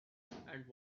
and